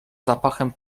zapachem